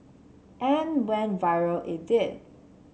and went viral it did